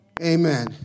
amen